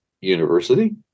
University